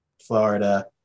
Florida